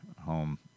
home